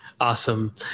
Awesome